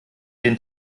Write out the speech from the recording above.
den